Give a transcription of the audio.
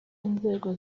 inzego